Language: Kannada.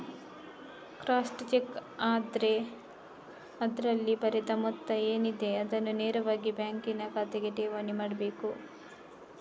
ಕ್ರಾಸ್ಡ್ ಚೆಕ್ ಆದ್ರೆ ಅದ್ರಲ್ಲಿ ಬರೆದ ಮೊತ್ತ ಏನಿದೆ ಅದನ್ನ ನೇರವಾಗಿ ಬ್ಯಾಂಕಿನ ಖಾತೆಗೆ ಠೇವಣಿ ಮಾಡ್ಬೇಕು